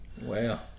Wow